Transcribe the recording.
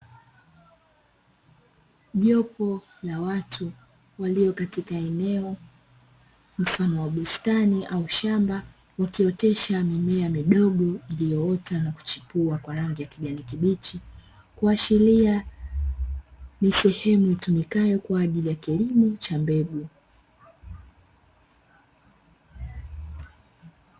Jopo la watu walio katika eneo mfano bustani au shamba wakiotesha mimea midogo ilioota na kuchipua kwa rangi ya kijani kibichi, ikiashiria ni eneo litumikalo kwa ajili ya kilimo cha mbegu.